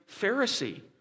Pharisee